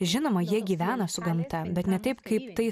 žinoma jie gyvena su gamta bet ne taip kaip tai